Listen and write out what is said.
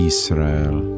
Israel